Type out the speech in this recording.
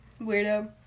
Weirdo